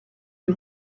des